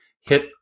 hit